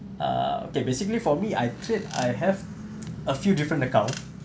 err okay basically for me I trade I have a few different account